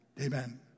Amen